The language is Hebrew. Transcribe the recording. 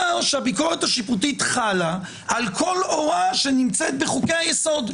שהביקורת השיפוטית חלה על כל הוראה שנמצאת בחוקי היסוד,